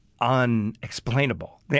unexplainable